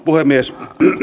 puhemies